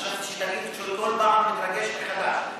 חשבתי שתגיד שכל פעם אתה מתרגש מחדש.